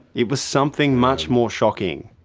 it was something much more shocking.